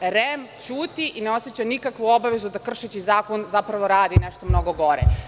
Dakle, REM ćuti i ne oseća nikakvu obavezu da kršeći zakon zapravo radi nešto mnogo gore.